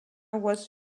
was